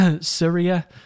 Syria